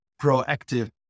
proactive